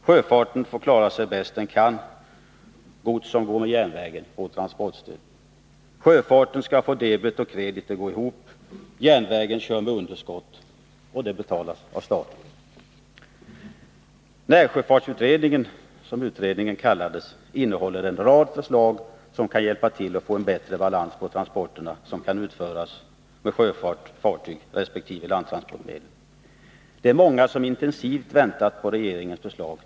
Sjöfarten får klara sig bäst den kan — gods som går med järnvägen får transportstöd. Sjöfarten skall få debet och kredit att gå ihop. Järnvägen kör med underskott, och det betalas av staten. Närsjöfartsutredningen, som utredningen kallades, innehåller en rad förslag som kan hjälpa till att få en bättre balans mellan de transporter som kan utföras med sjöfart-fartyg resp. landtransportmedel. Det är många som intensivt har väntat på regeringens förslag.